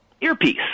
earpiece